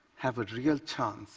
have a real chance